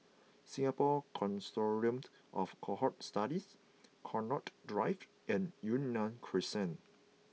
Singapore Consortium of Cohort Studies Connaught Drive and Yunnan Crescent